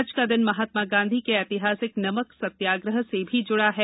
आज का दिन महात्मा गांधी के ऐतिहासिक नमक सत्याग्रह से भी जुडा है